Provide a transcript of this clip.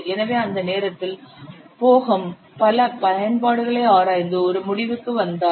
எனவே அந்த நேரத்தில் போஹம் பல பயன்பாடுகளை ஆராய்ந்து ஒரு முடிவுக்கு வந்தார்